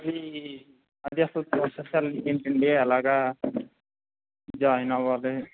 అదీ అది అసలు ప్రోసెస్ ఏంటి అండి ఎలాగా జాయిన్ అవ్వాలి